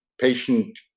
patient